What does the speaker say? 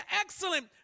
excellent